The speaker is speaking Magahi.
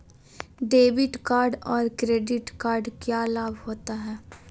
डेबिट कार्ड और क्रेडिट कार्ड क्या लाभ होता है?